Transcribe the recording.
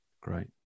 Great